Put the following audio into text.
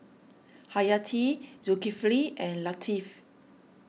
Hayati Zulkifli and Latif